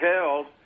held